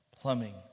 plumbing